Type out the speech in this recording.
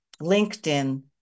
LinkedIn